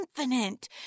infinite